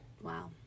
wow